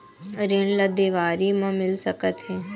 ऋण ला देवारी मा मिल सकत हे